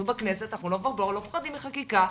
אנחנו בכנסת ואנחנו לא מפחדים מחקיקה,